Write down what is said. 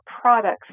products